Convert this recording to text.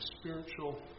spiritual